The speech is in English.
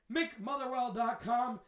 MickMotherwell.com